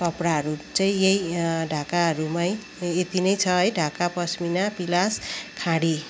कपडाहरू चाहिँ यही ढाकाहरूमै यति नै छ है ढाका पस्मिना पिलास खाडी